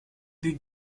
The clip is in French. but